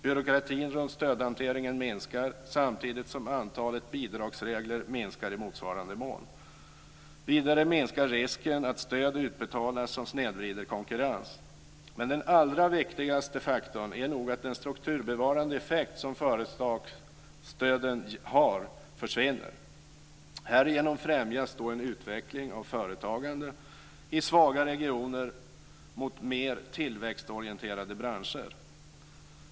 Byråkratin runt stödhanteringen minskar samtidigt som antalet bidragsregler minskar i motsvarande mån. Vidare minskar risken att stöd utbetalas som snedvrider konkurrens. Men den allra viktigaste faktorn är nog att den strukturbevarande effekt som företagsstöden har försvinner. Härigenom främjas en utveckling av företagande i svaga regioner mot mer tillväxtorienterade branscher.